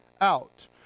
out